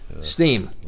Steam